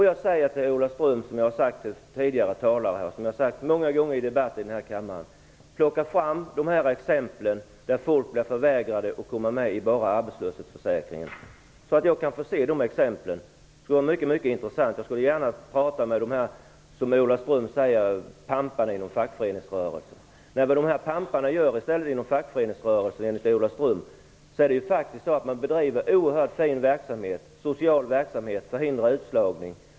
Jag säger till Ola Ström som jag har sagt till tidigare talare och som jag har sagt många gånger i andra debatter i kammaren: Plocka fram exempel på folk som har blivit förvägrade att bara komma med i arbetslöshetsförsäkringen, så att jag kan få se dem! Det vore mycket intressant. Jag skulle gärna prata med dem som Ola Ström kallar "pampar" inom fackföreningsrörelsen. Dessa "pampar" inom fackföreningsrörelsen bedriver faktiskt i stället oerhört fin social verksamhet som förhindrar utslagning.